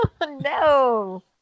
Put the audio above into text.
No